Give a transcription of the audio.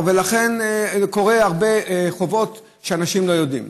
ולכן, קורה שיש הרבה חובות שאנשים לא יודעים.